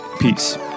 Peace